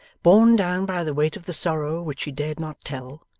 borne down by the weight of the sorrow which she dared not tell,